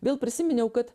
vėl prisiminiau kad